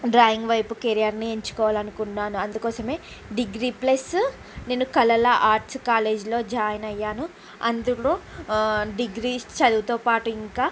drawing వైపు కెరియర్ని ఎంచుకోవాలనుకున్నాను అందుకోసమే డిగ్రీ ప్లస్ నేను కళల ఆర్ట్స్ కాలేజ్లో జాయిన్ అయ్యాను అందులో డిగ్రీ చదువుతో పాటు ఇంకా